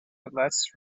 outlets